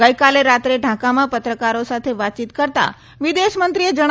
ગઈકાલે રાત્રે ઢાકામાં પત્રકારો સાથે વાતચીત કરતાં વિદેશમંત્રીએ જણાવ્યું તા